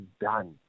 done